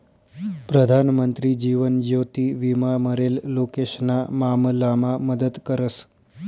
प्रधानमंत्री जीवन ज्योति विमा मरेल लोकेशना मामलामा मदत करस